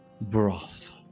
broth